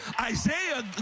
Isaiah